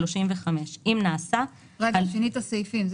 35 אם נעשה הליך בירור לפי סעיף זה." שינית את הסעיפים.